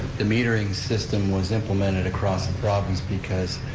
the metering system was implemented across the province because,